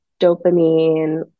dopamine